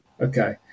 Okay